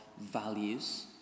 values